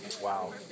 Wow